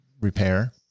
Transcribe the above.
repair